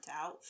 out